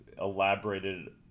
elaborated